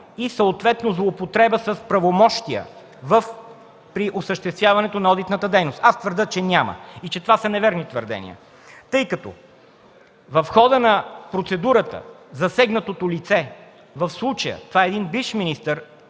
и съответно злоупотреба с правомощия при осъществяването на одитната дейност. Твърдя, че няма и това са неверни твърдения, тъй като в хода на процедурата засегнатото лице – в случая това е един бивш министър,